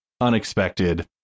unexpected